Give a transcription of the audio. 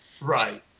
Right